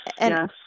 yes